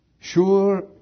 sure